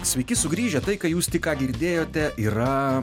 sveiki sugrįžę tai ką jūs tik ką girdėjote yra